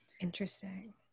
Interesting